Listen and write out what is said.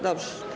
Dobrze.